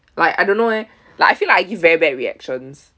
like I don't know leh like I feel like I give very bad reactions